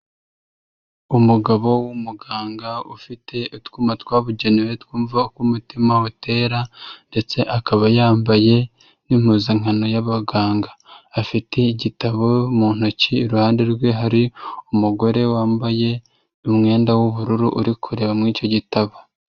Umugabo w'umuganga ufite utwuma twabugenewe twumva uko umutima utera ndetse akaba yambaye n'impuzankano y'abaganga, afite igitabo mu ntoki, iruhande rwe hari umugore wambaye umwenda w'ubururu uri kureba muri icyo gitabo.